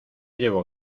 llevo